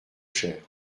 cher